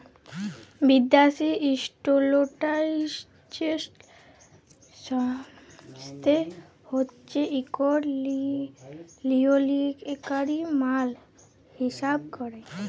বিদ্যাসি ইস্ট্যাল্ডার্ডাইজেশল সংস্থা হছে ইকট লিয়লত্রলকারি মাল হিঁসাব ক্যরে